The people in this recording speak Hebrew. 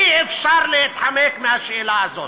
אי-אפשר להתחמק מהשאלה הזאת.